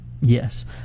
Yes